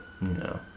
No